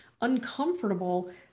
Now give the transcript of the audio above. uncomfortable